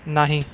नाही